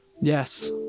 Yes